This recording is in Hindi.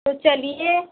तो चलिए